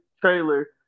trailer